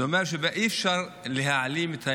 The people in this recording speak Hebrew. זה אומר שאי-אפשר להעלים את האמת.